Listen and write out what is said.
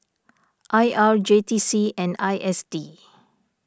I R J T C and I S D